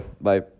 Bye